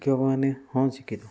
ଶିକ୍ଷକମାନେ ହଁ ଶିକ୍ଷିତ